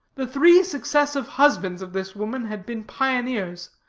the three successive husbands of this woman had been pioneers,